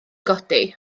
godi